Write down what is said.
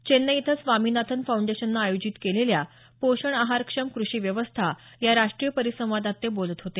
चेन्नई इथं स्वामीनाथन फाऊंडेशननं आयोजित केलेल्या पोषण आहारक्षम कृषीव्यवस्था या राष्ट्रीय परिसंवादात ते बोलत होते